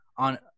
on